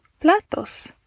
platos